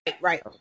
right